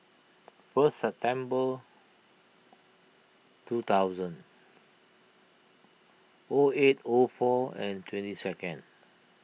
first September two thousand O eight O four and twenty second